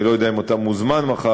אני לא יודע אם אתה מוזמן מחר,